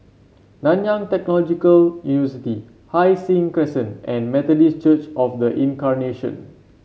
Nanyang Technological University Hai Sing Crescent and Methodist Church Of The Incarnation